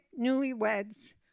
newlyweds